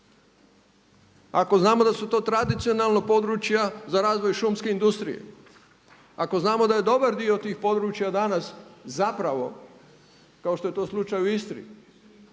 Ako znamo da su to tradicionalno područja za razvoj šumske industrije, ako znamo da je dobar dio tih područja danas zapravo kao što je to slučaj u Istri,